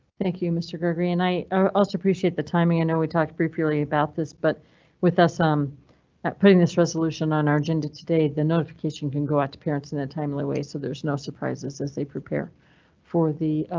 thank you mr. gregory and i also appreciate the timing. i know we talked briefly about this, but with us um putting this resolution on our agenda today, the notification can go out to parents in a timely way, so there's no surprises as they prepare for the.